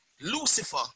Lucifer